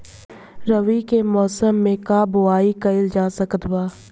रवि के मौसम में का बोआई कईल जा सकत बा?